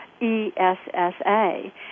E-S-S-A